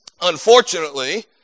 Unfortunately